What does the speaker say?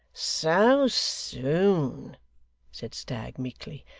so soon said stagg, meekly.